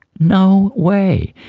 no way,